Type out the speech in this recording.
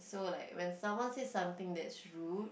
so like when someone says something that is rude